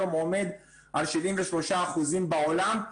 היום עומד על 73% בעולם.